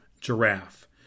giraffe